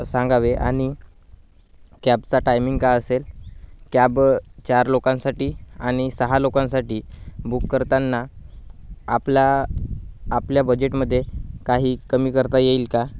सांगावे आणि कॅबचा टायमिंग का असेल कॅब चार लोकांसाठी आणि सहा लोकांसाठी बुक करताना आपला आपल्या बजेटमध्ये काही कमी करता येईल का